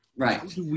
Right